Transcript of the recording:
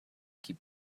keep